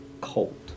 cold